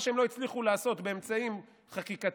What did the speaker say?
מה שהם לא הצליחו לעשות באמצעים חקיקתיים,